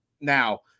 Now